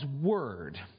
Word